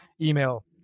email